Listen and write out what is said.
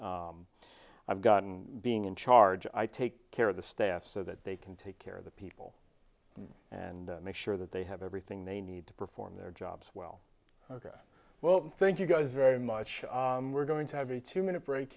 i've gotten being in charge i take care of the staff so that they can take care of the people and make sure that they have everything they need to perform their jobs well ok well thank you guys very much we're going to have a two minute break